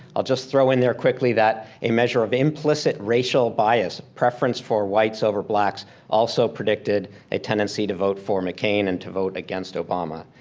i'll just throw in there quickly that a measure of implicit racial bias, preference for whites over blacks also predicted a tendency to vote for mccain and to vote against obama.